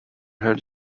held